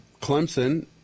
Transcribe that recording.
Clemson